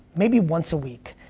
maybe once a week.